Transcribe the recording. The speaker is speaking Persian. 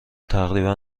تقریبا